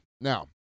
Now